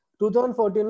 2014